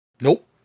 Nope